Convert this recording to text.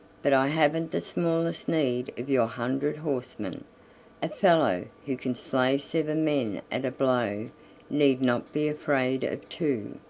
but i haven't the smallest need of your hundred horsemen a fellow who can slay seven men at a blow need not be afraid of two.